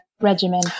regimen